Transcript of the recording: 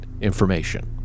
information